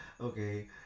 okay